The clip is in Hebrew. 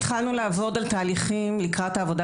התחלנו לעבוד על תהליכים לקראת העבודה